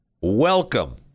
Welcome